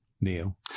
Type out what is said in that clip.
Neil